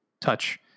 touch